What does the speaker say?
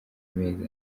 mezi